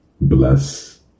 Bless